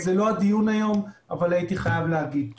זה לא הדיון היום אבל הייתי חייב לומר את הדברים.